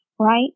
right